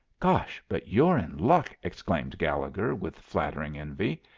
gosh, but you're in luck, exclaimed gallegher, with flattering envy.